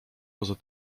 poza